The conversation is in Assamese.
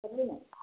হ'লনে নাই